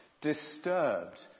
disturbed